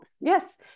yes